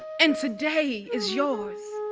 and today is yours.